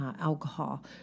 alcohol